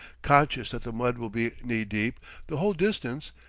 conscious that the mud will be knee-deep the whole distance,